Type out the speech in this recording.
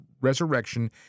resurrection